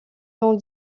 dans